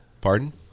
Pardon